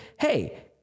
hey